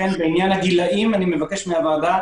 לכן בעניין הגילאים אני מבקש מהוועדה